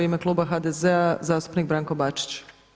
U ime kluba HDZ-a zastupnik Branko Bačić.